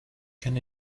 can